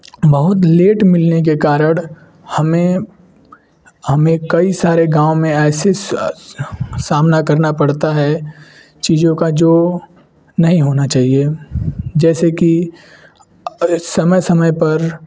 बहुत लेट मिलने के कारण हमें हमें कई सारे गाँव में ऐसे सामना करना पड़ता है चीज़ों का जो नहीं होना चाहिए जैसे कि समय समय पर